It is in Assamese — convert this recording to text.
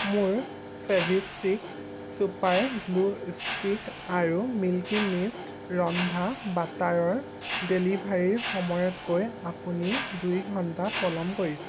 মোৰ ফেভিষ্টিক চুপাৰ গ্লু ষ্টিক আৰু মিল্কী মিষ্ট ৰন্ধা বাটাৰৰ ডেলিভাৰীৰ সময়তকৈ আপুনি দুই ঘণ্টা পলম কৰিছে